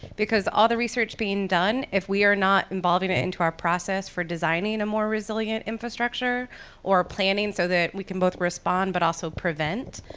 because all the research being done, if we are not involving into our process for designing a more resilient infrastructure or planning so that we can both respond but also prevent,